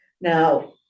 now